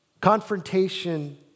Confrontation